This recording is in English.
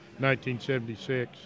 1976